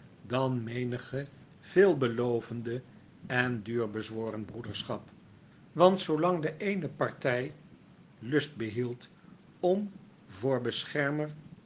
dan menige veelbelovende en duur bezworen broederschap want zoolang de eene partij lust behield om voor beschermer